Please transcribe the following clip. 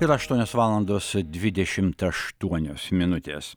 yra aštuonios valandos dvidešimt aštuonios minutės